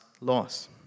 laws